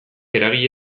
eragile